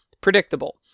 predictable